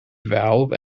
valve